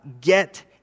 get